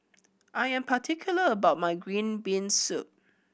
I am particular about my green bean soup